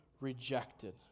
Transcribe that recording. rejected